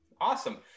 Awesome